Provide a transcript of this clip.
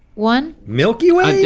one. milky way?